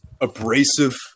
abrasive